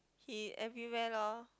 he everywhere loh